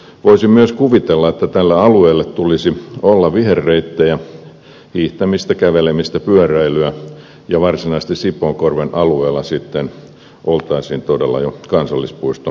voisin myös kuvitella että tällä alueella tulisi olla viherreittejä hiihtämistä kävelemistä pyöräilyä ja varsinaisesti sipoonkorven alueella sitten oltaisiin todella jo kansallispuistomaisemassa